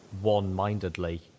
one-mindedly